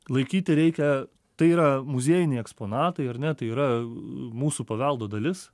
laikyti reikia tai yra muziejiniai eksponatai ar ne tai yra mūsų paveldo dalis